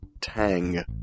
tang